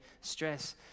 stress